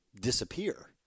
disappear